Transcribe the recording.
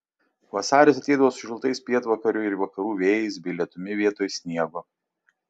vasaris ateidavo su šiltais pietvakarių ir vakarų vėjais bei lietumi vietoj sniego